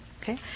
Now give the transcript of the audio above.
okay